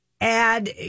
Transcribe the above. add